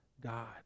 God